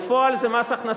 בפועל זה מס הכנסה.